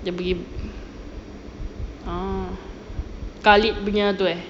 dia pergi ah khalid punya tu eh